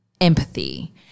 empathy